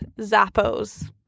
Zappos